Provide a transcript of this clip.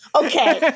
okay